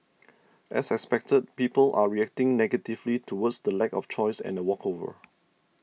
as expected people are reacting negatively towards the lack of choice and a walkover